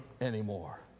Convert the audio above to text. anymore